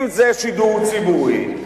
אם זה שידור ציבורי,